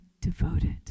devoted